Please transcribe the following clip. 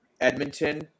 Edmonton